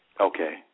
Okay